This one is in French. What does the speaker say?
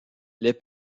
les